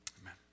Amen